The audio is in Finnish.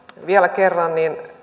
vielä kerran